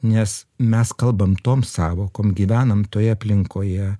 nes mes kalbam tom sąvokom gyvenam toje aplinkoje